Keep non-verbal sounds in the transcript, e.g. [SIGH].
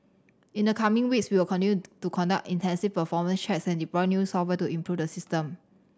in the coming weeks we will [UNINTELLIGIBLE] to conduct intensive performance checks and deploy new software to improve the system